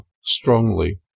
strongly